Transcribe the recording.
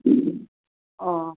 অঁ